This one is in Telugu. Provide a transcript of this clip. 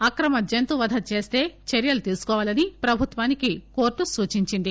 అక్రమ జంతువధ చేస్తే చర్యలు తీసుకోవాలని ప్రభుత్వానికి కోర్టు సూచించింది